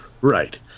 Right